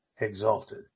exalted